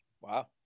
Wow